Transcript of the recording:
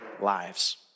lives